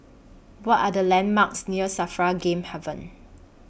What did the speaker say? What Are The landmarks near SAFRA Game Haven